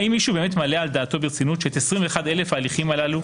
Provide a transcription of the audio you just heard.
האם מישהו באמת מעלה על דעתו ברצינות שאת 21,000 ההליכים הללו,